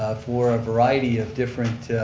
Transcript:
for a variety of different